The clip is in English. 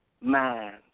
mind